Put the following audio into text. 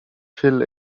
fill